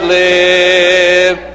live